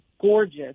gorgeous